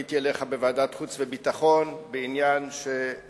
פניתי אליך בוועדת חוץ וביטחון בעניין שהוא